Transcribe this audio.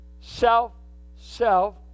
self-self